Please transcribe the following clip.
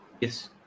Yes